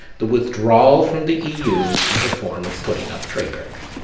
the withdrawal from the eu is a form of putting up trade barriers.